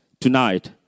tonight